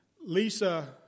Lisa